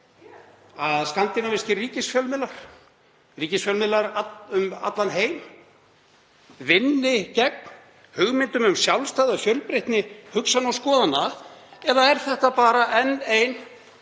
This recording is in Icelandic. að skandinavískir ríkisfjölmiðlar, ríkisfjölmiðlar um allan heim, vinni gegn hugmyndum um sjálfstæði og fjölbreytni hugsunar og skoðana? Eða er þetta bara enn ein